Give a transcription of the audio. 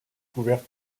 couverte